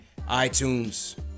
iTunes